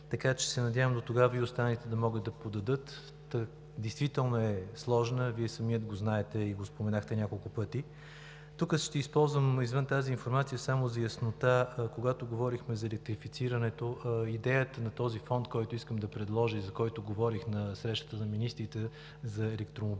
около 20-и, надявам се, до тогава и останалите да могат да подадат. Действително е сложна. Вие самият знаете и го споменахте няколко пъти. Извън тази информация, тук ще използвам само за яснота – когато говорихме за електрифицирането, идеята на този фонд, който искам да предложа и за който говорих на срещата на министрите за електромобилизацията,